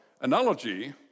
analogy